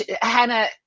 Hannah